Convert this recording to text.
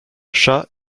shah